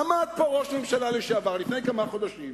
עמד פה ראש הממשלה לשעבר, לפני כמה חודשים,